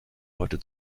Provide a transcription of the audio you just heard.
heute